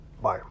Bye